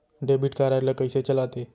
Debit card ला कइसे चलाते?